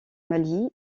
mali